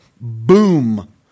boom